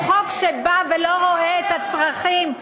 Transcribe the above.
הוא חוק שלא רואה את הצרכים,